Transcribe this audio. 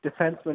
defenseman